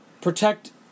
protect